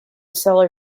cellar